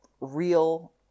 Real